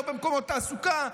לא במקומות תעסוקה.